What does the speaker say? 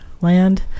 land